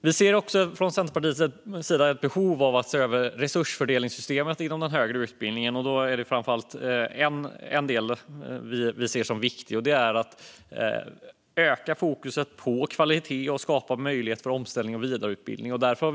Vi ser också från Centerpartiets sida ett behov av att se över resursfördelningssystemet inom den högre utbildningen. Det är framför allt en del vi ser som viktig, nämligen att öka fokuset på kvalitet och skapa möjlighet för omställning och vidareutbildning.